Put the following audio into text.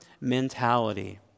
mentality